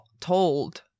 told